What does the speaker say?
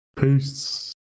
Peace